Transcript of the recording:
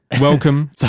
welcome